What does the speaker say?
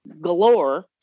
galore